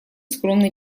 скромный